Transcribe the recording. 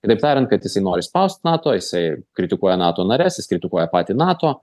kitaip tariant kad jisai nori spaust nato jisai kritikuoja nato nares jis kritikuoja patį nato